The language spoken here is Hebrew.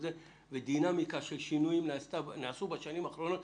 היתה דינמיקה של שינויים בשנים האחרונות.